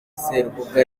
serubuga